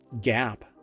gap